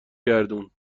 گردون